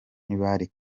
ntibari